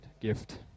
Gift